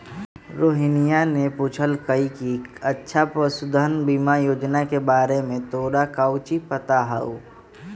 रोहिनीया ने पूछल कई कि अच्छा पशुधन बीमा योजना के बारे में तोरा काउची पता हाउ?